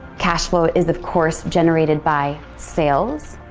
cash flow is, of course, generated by sales.